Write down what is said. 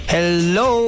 Hello